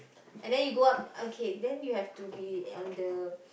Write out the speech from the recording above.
and then you go up okay then you have to be on the